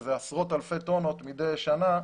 כשאלה עשרות אלפי טון מדי שנה,